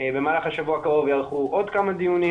במהלך השבוע הקרוב ייערכו עוד כמה דיונים